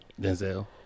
Denzel